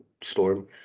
Storm